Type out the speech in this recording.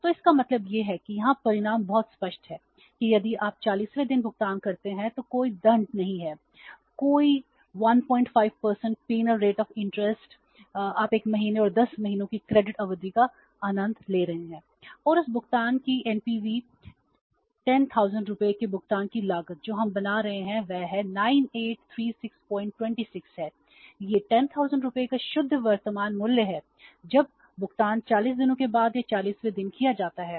तो इसका मतलब यह है कि यहाँ परिणाम बहुत स्पष्ट है कि यदि आप 40 वें दिन भुगतान करते हैं तो कोई दंड 10000 रुपये के भुगतान की लागत जो हम बना रहे हैं वह 983626 है यह 10000 रुपये का शुद्ध वर्तमान मूल्य है जब भुगतान 40 दिनों के बाद या 40 वें दिन किया जाता है